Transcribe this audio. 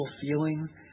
feeling